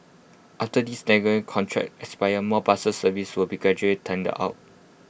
after these contracts expire more buses services will be gradually tendered out